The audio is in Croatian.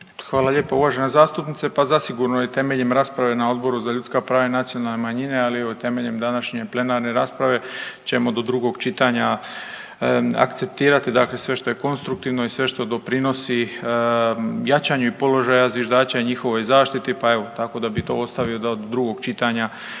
Hvala lijepa uvažena zastupnice. Pa zasigurno je temeljem rasprave na Odboru za ljudska prava i nacionalne manjine, ali evo i temeljem današnje plenarne rasprave ćemo do drugog čitanja akceptirati sve što je konstruktivno i sve što doprinosi jačanju i položaja zviždača i njihovoj zaštiti, pa evo tako da bi to ostavio da do drugog čitanja